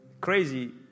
Crazy